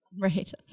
Right